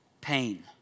Pain